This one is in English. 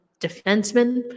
defenseman